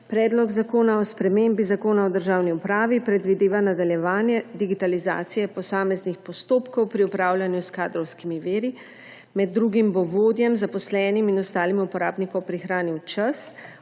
Predlog zakona o spremembi Zakona o državni upravi predvideva nadaljevanje digitalizacije posameznih postopkov pri upravljanju s kadrovskimi viri. Med drugim bo vodjem, zaposlenim in ostalim uporabnikom prihranil čas,